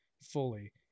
fully